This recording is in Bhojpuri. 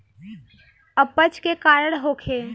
अपच के कारण का होखे?